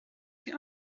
sie